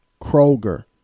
kroger